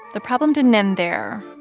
the problem didn't end there.